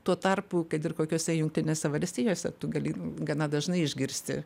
tuo tarpu kad ir kokiose jungtinėse valstijose tu gali gana dažnai išgirsti